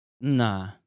nah